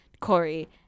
Corey